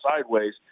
sideways